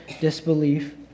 disbelief